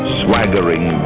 swaggering